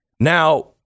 Now